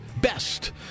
best